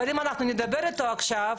אבל אם אנחנו נדבר איתו עכשיו,